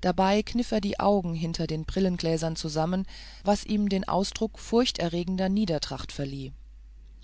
dabei kniff er die augen hinter den brillenglasern zusammen was ihm den ausdruck furchterregender niedertracht verlieh